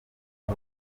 aho